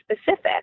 specific